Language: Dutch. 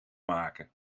maken